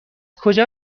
کجا